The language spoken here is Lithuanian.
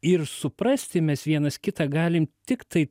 ir suprasti mes vienas kitą galim tiktai